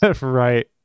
right